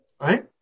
right